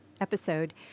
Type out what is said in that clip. episode